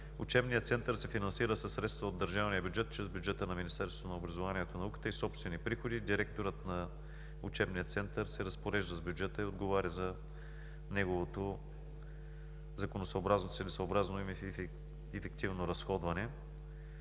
Учебният център се финансира със средства от държавния бюджет чрез бюджета на Министерството на образованието и науката и собствени приходи. Директорът на Учебния център се разпорежда с бюджета и отговаря за неговото законосъобразно, целесъобразно и ефективно разходване.